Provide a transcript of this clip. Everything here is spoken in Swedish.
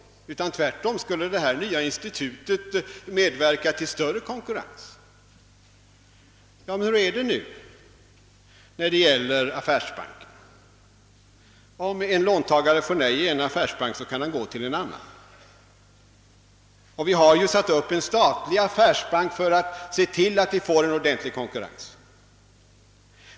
Detta nya institut skulle tvärtom medverka till en friare konkurrens. Men hur är det nu beträffande affärsbankerna? Om en låntagare får nej i en affärsbank kan han gå till en annan, och det har ju inrättats en statlig affärsbank för att se till att det blir en ordentlig konkurrens.